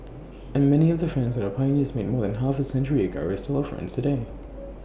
and many of the friends that our pioneers made more than half A century ago are still our friends today